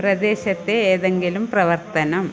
പ്രദേശത്തെ ഏതെങ്കിലും പ്രവർത്തനം